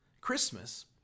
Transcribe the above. Christmas